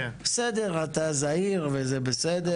בסדר, אתה זהיר וזה בסדר.